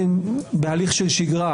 אני בהליך של שגרה,